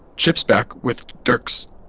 chip's back, with dirk's